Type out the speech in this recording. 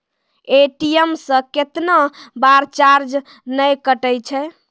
ATM से कैतना बार चार्ज नैय कटै छै?